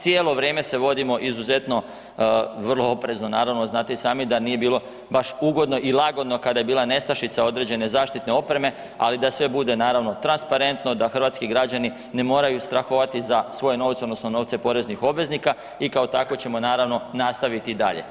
Cijelo vrijeme se vodimo izuzetno vrlo oprezno, naravno znate i sami da nije bilo baš ugodno i lagodno kada je bila nestašica određene zaštitne opreme, ali da sve bude transparentno, da hrvatski građani ne moraju strahovati za svoje novce odnosno novce poreznih obveznika i kao takvo ćemo nastaviti i dalje.